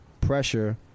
pressure